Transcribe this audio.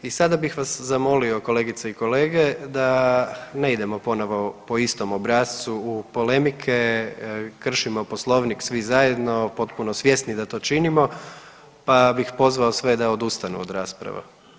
I sada bih vam zamolio kolegice i kolege da ne idemo ponovno po istom obrascu u polemike, kršimo Poslovnik svi zajedno potpuno svjesni da to činimo, pa bih pozvao sve da odustanu rasprava.